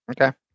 okay